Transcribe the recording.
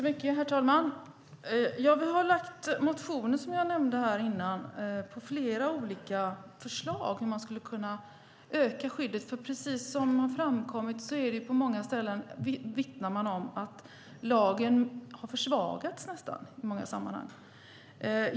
Herr talman! Vi har, som jag nämnde här innan, väckt motioner med flera olika förslag om hur man skulle kunna öka skyddet, för precis som har framkommit vittnar man på många ställen om att lagen i många sammanhang nästan har försvagats.